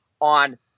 on